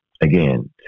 Again